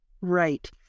Right